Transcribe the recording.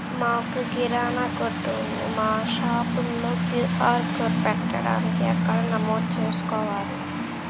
మాకు కిరాణా కొట్టు ఉంది మా షాప్లో క్యూ.ఆర్ కోడ్ పెట్టడానికి ఎక్కడ నమోదు చేసుకోవాలీ?